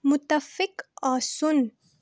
مُتفِق آسُن